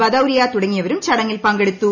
ബദൌരിയ തുടങ്ങിയവരും ചടങ്ങിൽ പങ്കെടുത്തു